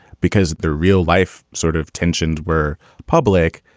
because their real life sort of tensions were public.